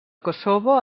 kosovo